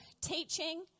teaching